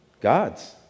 God's